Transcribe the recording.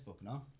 no